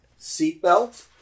Seatbelt